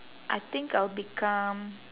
I think I'll become